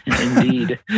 Indeed